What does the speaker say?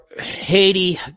haiti